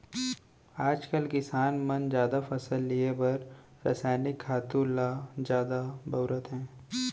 आजकाल किसान मन जादा फसल लिये बर रसायनिक खातू ल जादा बउरत हें